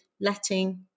letting